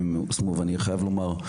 ואני חייב לומר,